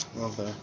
Okay